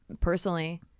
personally